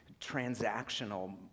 transactional